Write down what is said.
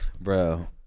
Bro